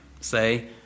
say